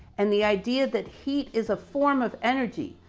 and the idea that heat is a form of energy,